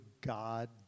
God